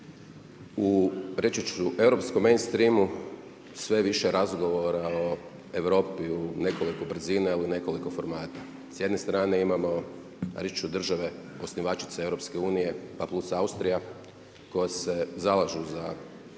u reći ću europskom mainstreamu, sve više razgovora o Europi u nekoliko brzina, u nekoliko formata. Sjedne strane imamo, reći ću države osnivačice EU-a pa plus Austrija, koje se zalažu za